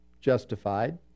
justified